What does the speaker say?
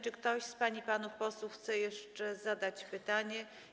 Czy ktoś z pań i panów posłów chce jeszcze zadać pytanie?